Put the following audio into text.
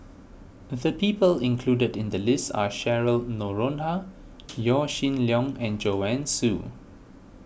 the people included in the list are Cheryl Noronha Yaw Shin Leong and Joanne Soo